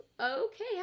Okay